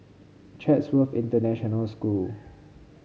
Chatsworth International School